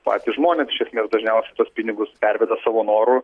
patys žmonės iš esmės dažniausiai tuos pinigus perveda savo noru